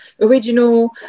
original